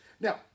Now